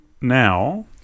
now